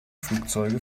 flugzeuge